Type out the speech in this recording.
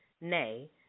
Nay